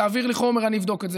תעביר לי חומר, אני אבדוק את זה.